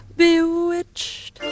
bewitched